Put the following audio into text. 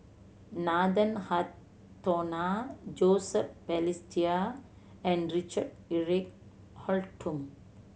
Nathan Hartono Joseph Balestier and Richard Eric Holttum